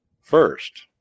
First